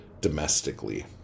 domestically